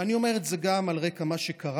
ואני אומר את זה גם על רקע מה שקרה: